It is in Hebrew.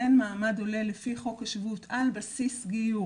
ניתן מעמד עולה על פי חוק השבות, על בסיס גיור